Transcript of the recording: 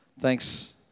Thanks